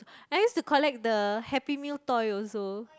I use to collect the happy meal toy also